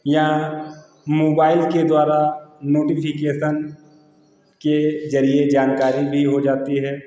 या मुबाइल के द्वारा नोटिफिकेसन के जरिए जानकारी भी हो जाती है